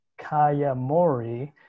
Kayamori